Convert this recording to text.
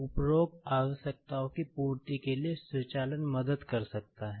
उपरोक्त आवश्यकताओं की पूर्ति के लिए स्वचालन मदद कर सकता है